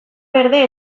berde